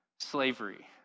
Slavery